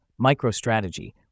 MicroStrategy